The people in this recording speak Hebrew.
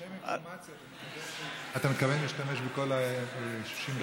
לשם האינפורמציה, אתה מתכוון להשתמש בכל 60 הדקות?